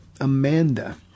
Amanda